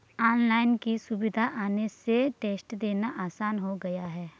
online की सुविधा आने से टेस्ट देना आसान हो गया है